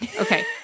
okay